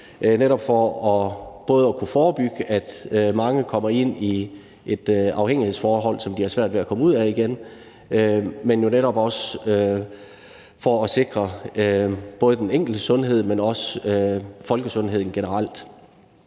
netop for både at kunne forebygge, at mange kommer ind i et afhængighedsforhold, som de har svært ved at komme ud af igen, men også for at sikre både den enkeltes sundhed, men også folkesundheden generelt.